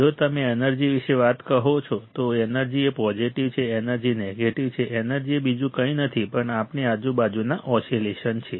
જો તમે એનર્જી વિશે કહો છો તો એનર્જી એ પોઝિટિવ છે એનર્જી નેગેટિવ છે એનર્જી એ બીજું કંઈ નથી પણ આપણી આજુબાજુના ઓસિલેશન છે